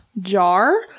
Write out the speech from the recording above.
jar